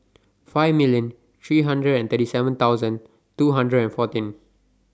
five million three hundred and thirty seven thousand two hundred and fourteen